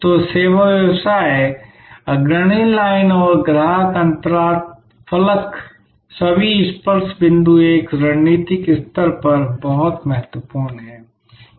तो सेवा व्यवसाय अग्रणी लाइन और ग्राहक अंतराफलक सभी स्पर्श बिंदु एक रणनीतिक स्तर पर बहुत महत्वपूर्ण हैं